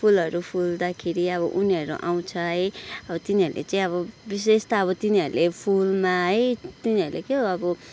फुलहरू फुल्दाखेरि अब उनीहरू आउँछ है अब तिनीहरूले अब विशेष त अब तिनीहरूले फुलमा है तिनीहरूले क्या हो अब